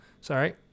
Sorry